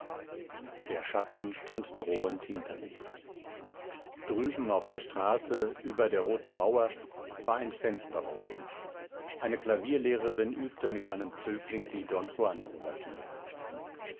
der schatten stand drohend hinter mir drüben auf der straße über der roten mauer war ein fenster offen eine klavierlehrerin übte mit einem zögling die